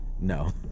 No